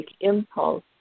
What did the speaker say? impulse